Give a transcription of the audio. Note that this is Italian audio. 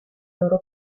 loro